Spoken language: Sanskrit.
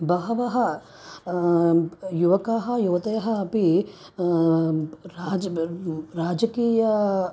बहवः युवकाः युवतयः अपि राजब् ब् राजकीये